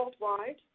worldwide